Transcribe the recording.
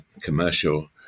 commercial